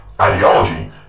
Ideology